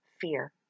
fear